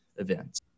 events